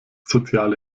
soziale